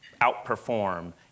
outperform